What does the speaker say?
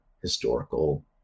historical